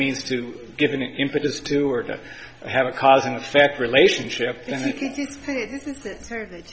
means to give an impetus to or to have a cause and effect relationship th